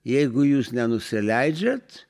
jeigu jūs nenusileidžiat